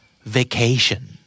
vacation